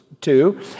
two